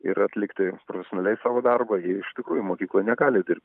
ir atlikti profesionaliai savo darbą ji iš tikrųjų mokykloj negali dirbt